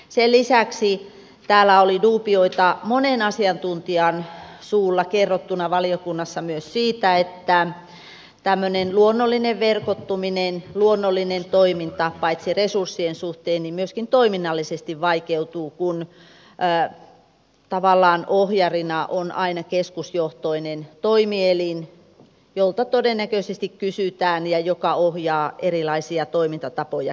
sen lisäksi oli dubioita monen asiantuntijan suulla kerrottuna valiokunnassa myös siitä että luonnollinen verkottuminen luonnollinen toiminta paitsi resurssien suhteen myöskin toiminnallisesti vaikeutuu kun tavallaan ohjarina on aina keskusjohtoinen toimielin jolta todennäköisesti kysytään ja joka ohjaa erilaisia toimintatapoja kentällä